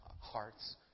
hearts